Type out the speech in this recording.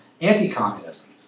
anti-communism